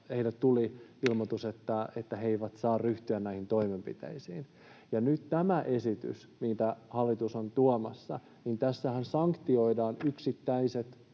tuli ilmoitus, että he eivät saa ryhtyä näihin toimenpiteisiin. Ja nyt tässä esityksessä, mitä hallitus on tuomassa, sanktioidaan yksittäiset